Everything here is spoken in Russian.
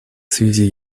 связи